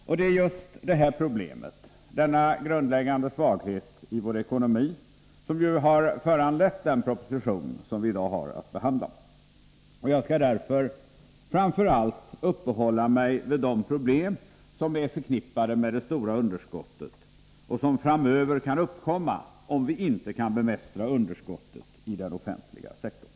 Och det är just detta problem, denna grundläggande svaghet i vår ekonomi, som har föranlett den proposition som vi i dag har att behandla. Jag skall därför uppehålla mig framför allt vid de problem som är förknippade med det stora underskottet och som framöver kan uppkomma om vi inte kan bemästra underskottet i den offentliga sektorn.